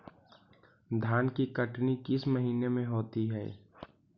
धान की कटनी किस महीने में होती है?